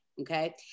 Okay